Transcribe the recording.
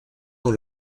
dans